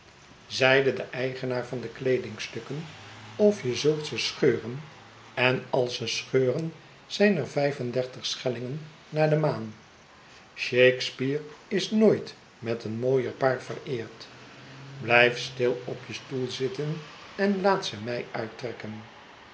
zeide de eigenaar van de kleedingstukken of je zult ze scheuren en als ze scheuren zijn er vijf en dertig schellingen naar de maan shakespeare is nooit met een mooier paar vereerd blijf stil op je stoel zitten en laat ze mij uittrekken